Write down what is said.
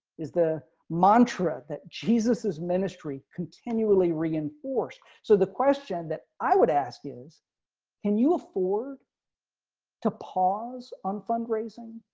is the mantra that jesus is ministry continually reinforce. so the question that i would ask is can you afford to pause on fundraising.